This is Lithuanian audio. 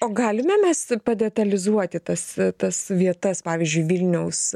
o galime mes padetalizuoti tas tas vietas pavyzdžiui vilniaus